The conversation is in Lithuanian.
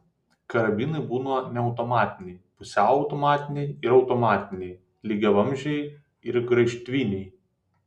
karabinai būna neautomatiniai pusiau automatiniai ir automatiniai lygiavamzdžiai ir graižtviniai